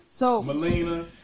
Melina